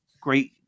great